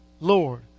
Lord